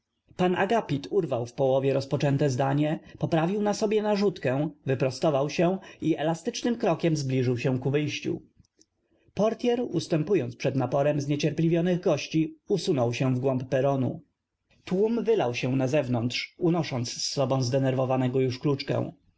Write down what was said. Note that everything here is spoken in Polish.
urw ał w połow ie rozpoczęte zdanie p opraw ił na sobie narzutkę w ypro stow ał się i elastycznym krokiem zbliżył się ku wyjściu p o rty e r ustępując pod naporem zniecierpliwionych gości usunął się w głąb peronu tłum w ylał się na zew nątrz unosząc z sobą zdenerw ow anego już kluczkę